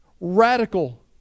Radical